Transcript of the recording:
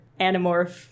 anamorph